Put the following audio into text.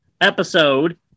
episode